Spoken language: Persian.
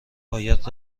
باید